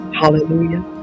Hallelujah